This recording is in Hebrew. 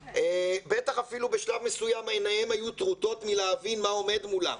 בטח אפילו בשלב מסוים עיניהם היו טרוטות מלהבין מה עומד מולם,